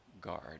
guard